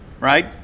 right